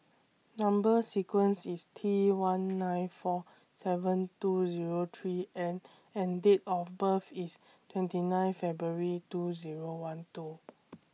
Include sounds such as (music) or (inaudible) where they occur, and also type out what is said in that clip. (noise) Number sequence IS T one (noise) nine four seven two Zero three N and Date of birth IS twenty nine February two Zero one two